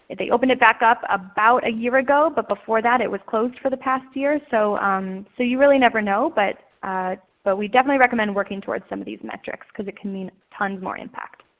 they opened it back up about a year ago, but before that it was closed for the past year. so so you really never know, but but we definitely recommend working toward some of these metrics because it can mean tons more impact.